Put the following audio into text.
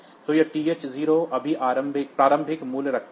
तो TH 0 अभी प्रारंभिक मूल्य रखता है